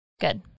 good